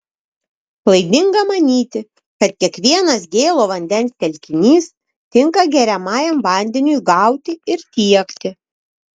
klaidinga manyti kad kiekvienas gėlo vandens telkinys tinka geriamajam vandeniui gauti ir tiekti